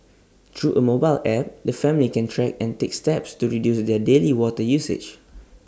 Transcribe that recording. through A mobile app the family can track and take steps to reduce their daily water usage